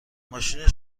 ماشین